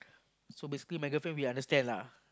so basically my girlfriend we understand lah